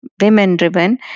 women-driven